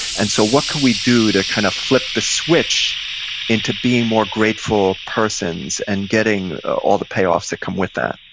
and so, what can we do to kind of flip the switch into being more grateful persons and getting all the payoffs that come with that?